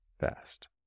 fast